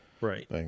Right